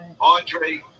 Andre